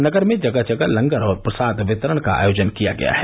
नगर में जगह जगह लंगर और प्रसाद वितरण का आयोजन किया गया है